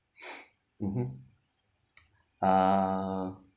mmhmm uh